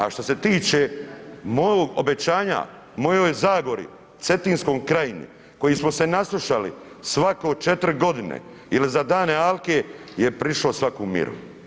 A što se tiče mog obećanja, mojoj Zagori, Cetinskoj krajini kojih smo se naslušali svako 4 godine ili za dane alke je prišlo svaku mjeru.